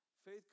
Faith